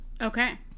Okay